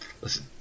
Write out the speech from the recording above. Listen